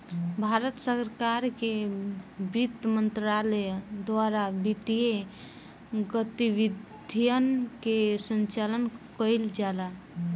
भारत सरकार के बित्त मंत्रालय द्वारा वित्तीय गतिविधियन के संचालन कईल जाला